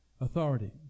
Authority